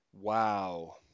wow